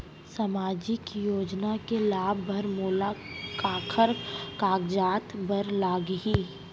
सामाजिक योजना के लाभ बर मोला काखर कागजात बर लागही?